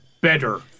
better